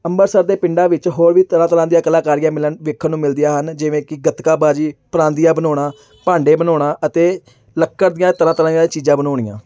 ਅੰਮ੍ਰਿਤਸਰ ਦੇ ਪਿੰਡਾਂ ਵਿੱਚ ਹੋਰ ਵੀ ਤਰ੍ਹਾਂ ਤਰ੍ਹਾਂ ਦੀਆਂ ਕਲਾਕਾਰੀਆਂ ਮਿਲਣ ਵੇਖਣ ਨੂੰ ਮਿਲਦੀਆਂ ਹਨ ਜਿਵੇਂ ਕਿ ਗੱਤਕਾ ਬਾਜੀ ਪਰਾਂਦੀਆਂ ਬਣਾਉਣਾ ਭਾਂਡੇ ਬਣਾਉਣਾ ਅਤੇ ਲੱਕੜ ਦੀਆਂ ਤਰ੍ਹਾਂ ਤਰ੍ਹਾਂ ਦੀਆਂ ਚੀਜ਼ਾਂ ਬਣਾਉਣੀਆਂ